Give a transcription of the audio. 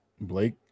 Blake